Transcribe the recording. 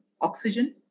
Oxygen